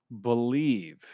believe